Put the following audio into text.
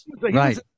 right